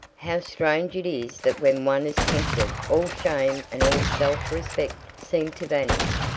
how strange it is that when one is tempted all shame and all self-respect seem to vanish,